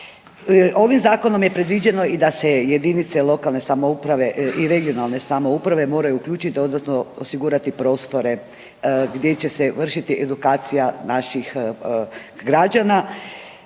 Ovim zakonom je predviđeno i da se jedinice lokalne samouprave i regionalne samouprave moraju uključiti dodatno osigurati prostore gdje će se vršiti edukacija naših građana.